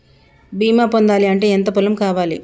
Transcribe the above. బీమా పొందాలి అంటే ఎంత పొలం కావాలి?